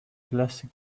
classic